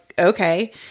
okay